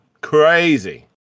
Crazy